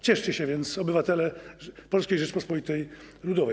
Cieszcie się więc, obywatele Polskiej Rzeczypospolitej Ludowej.